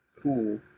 Cool